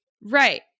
Right